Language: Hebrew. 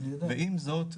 ועם זאת,